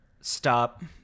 stop